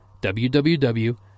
www